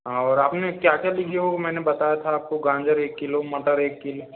और आपने क्या क्या लिखे हो मैंने बताया था आपको गाजर एक किलो मटर एक किलो